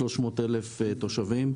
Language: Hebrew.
שחיים בה 300,000 תושבים,